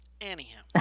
Anyhow